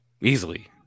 easily